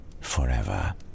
forever